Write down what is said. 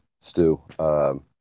Stu